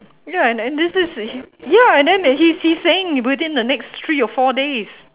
ya and and this this ya and then he's he's saying within the next three or four days